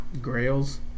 grails